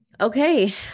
Okay